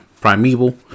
primeval